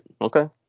okay